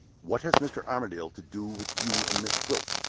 what has mr. armadale to do with you and miss gwilt?